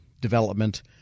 development